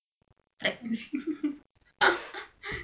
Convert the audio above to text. like music